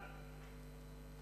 חוק